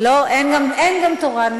אין גם תורן?